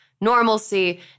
normalcy